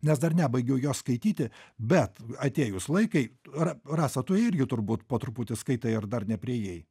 nes dar nebaigiau jos skaityti bet atėjus laikai ra rasa tu irgi turbūt po truputį skaitai ar dar nepriėjai